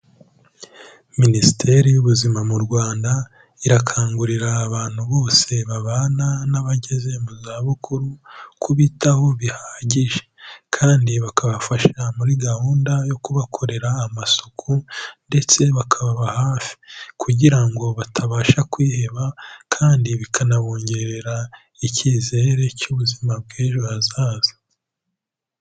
Minisiteri y'ubuzima mu Rwanda, irakangurira abantu bose babana n'abageze mu zabukuru, kubitaho bihagije kandi bakabafasha muri gahunda yo kubakorera amasuku ndetse bakababa hafi kugira ngo batabasha kwiheba kandi bikanabongerera icyizere cy'ubuzima bw'ejo hazaza.